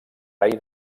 rei